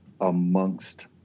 amongst